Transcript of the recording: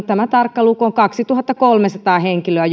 tämä tarkka luku on kaksituhattakolmesataa henkilöä